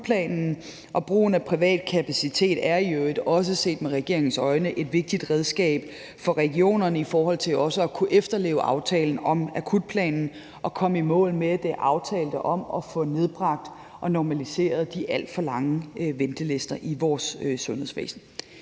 Brugen af privat kapacitet er i øvrigt – også set med regeringens øjne – et vigtigt redskab for regionerne i forhold til også at kunne efterleve aftalen om akutplanen og komme i mål med det aftalte om at få nedbragt og normaliseret de alt for lange ventelister i vores sundhedsvæsen.